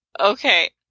Okay